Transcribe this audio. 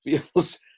feels